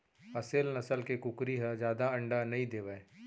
असेल नसल के कुकरी ह जादा अंडा नइ देवय